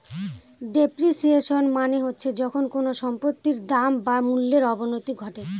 depreciation মানে হচ্ছে যখন কোনো সম্পত্তির দাম বা মূল্যর অবনতি ঘটে